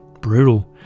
brutal